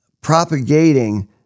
propagating